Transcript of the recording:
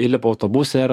įlipa autobuse ir